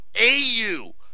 AU